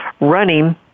running